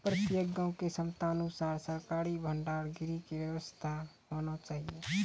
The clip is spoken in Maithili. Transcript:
प्रत्येक गाँव के क्षमता अनुसार सरकारी भंडार गृह के व्यवस्था होना चाहिए?